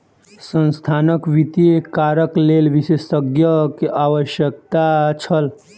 संस्थानक वित्तीय कार्यक लेल विशेषज्ञक आवश्यकता छल